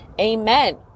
amen